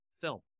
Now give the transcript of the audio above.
film